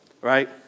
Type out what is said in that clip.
right